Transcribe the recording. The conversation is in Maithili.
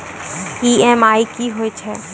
ई.एम.आई कि होय छै?